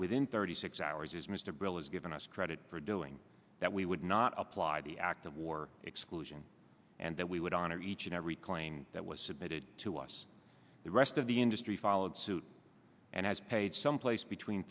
within thirty six hours as mr brill has given us credit for doing that we would not apply the act of war exclusion and that we would honor each and every claim that was submitted to us the rest of the industry followed suit and has paid someplace between